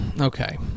Okay